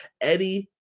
Eddie